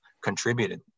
contributed